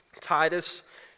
Titus